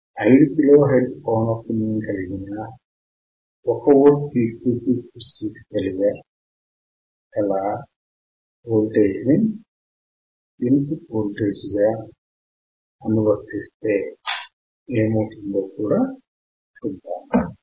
5 kilo hertz పౌనఃపున్యం కలిగిన 1 volt peak to peak విస్తృతి గల వోల్టేజ్ ని ఇన్ పుట్ వోల్టేజ్ గా అనువర్తిస్తే ఏమవుతుందో చూద్దాము